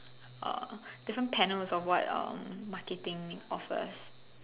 uh different panels of um what marketing offers